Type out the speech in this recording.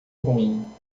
ruim